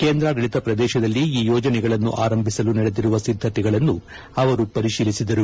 ಕೇಂದ್ರಾಡಳಿತ ಪ್ರದೇಶದಲ್ಲಿ ಈ ಯೋಜನೆಗಳನ್ನು ಆರಂಭಿಸಲು ನಡೆದಿರುವ ಸಿದ್ದತೆಗಳನ್ನು ಅವರು ಪರಿಶೀಲಿಸಿದರು